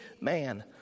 man